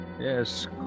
Yes